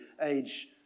age